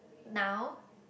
now